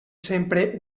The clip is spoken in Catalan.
sempre